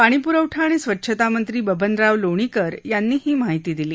पाणीपुरवठा आणि स्वच्छता मंत्री बबनराव लोणीकर यांनी ही माहिती दिली